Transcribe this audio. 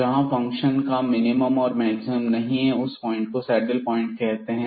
जहां फंक्शन का मिनिमम और मैक्सिमम नहीं है उस पॉइंट को सैडल प्वाइंट कहते हैं